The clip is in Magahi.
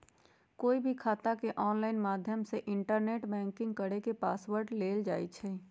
कोई भी खाता के ऑनलाइन माध्यम से इन्टरनेट बैंकिंग करके पासवर्ड लेल जाई छई